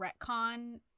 retcon